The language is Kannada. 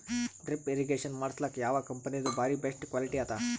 ಡ್ರಿಪ್ ಇರಿಗೇಷನ್ ಮಾಡಸಲಕ್ಕ ಯಾವ ಕಂಪನಿದು ಬಾರಿ ಬೆಸ್ಟ್ ಕ್ವಾಲಿಟಿ ಅದ?